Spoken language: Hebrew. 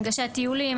הנגשת טיולים,